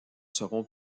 seront